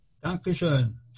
Dankeschön